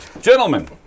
Gentlemen